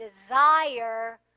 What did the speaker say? desire